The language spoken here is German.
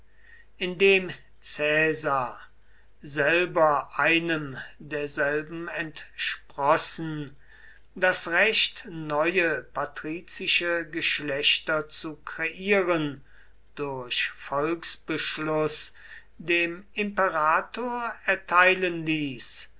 indem caesar selber einem derselben entsprossen das recht neue patrizische geschlechter zu kreieren durch volksbeschluß dem imperator erteilen ließ